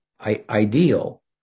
ideal